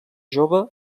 jove